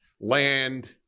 land